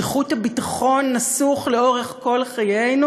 שחוט הביטחון שזור בה לאורך כל חיינו,